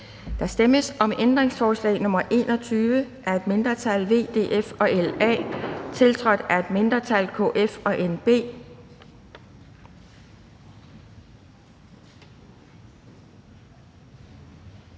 Der stemmes om ændringsforslag nr. 21, af et mindretal (V, DF og LA), tiltrådt af et mindretal (KF og NB).